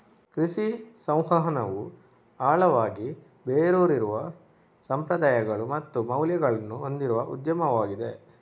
ಕೃಷಿ ಸಂವಹನವು ಆಳವಾಗಿ ಬೇರೂರಿರುವ ಸಂಪ್ರದಾಯಗಳು ಮತ್ತು ಮೌಲ್ಯಗಳನ್ನು ಹೊಂದಿರುವ ಉದ್ಯಮವಾಗಿದೆ